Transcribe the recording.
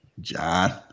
John